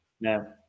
No